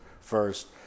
first